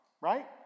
right